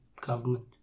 government